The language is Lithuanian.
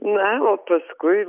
na o paskui